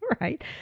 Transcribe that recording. right